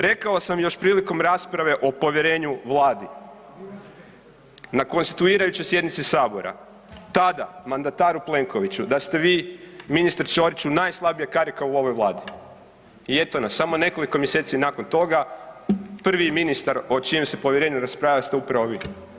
Rekao sam još prilikom rasprave o povjerenju vladi, na konstituirajućoj sjednici sabora, tada mandataru Plenkoviću da ste vi ministre Ćoriću najslabija karika u ovoj vladi i eto na samo nekoliko mjeseci nakon toga prvi ministar o čijem se povjerenju raspravlja ste upravo vi.